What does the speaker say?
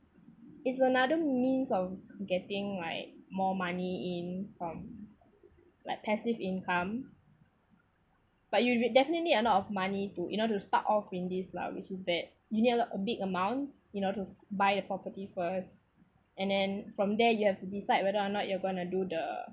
it's another means of getting like more money in from like passive income but you definitely need a lot of money to you know to start off in this lah which is that you need a lot a big amount you know just buy a property first and then from there you have to decide whether or not you're going to do the